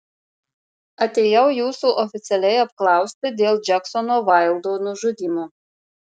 atėjau jūsų oficialiai apklausti dėl džeksono vaildo nužudymo